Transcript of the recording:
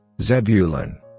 Zebulun